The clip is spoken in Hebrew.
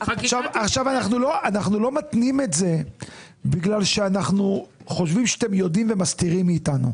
אנחנו לא מתנים את זה בגלל שאנחנו חושבים שאתם יודעים ומסתירים מאיתנו.